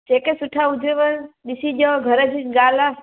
जेके सुठा हुजेव ॾिसिजो घर जी च ॻाल्हि आहे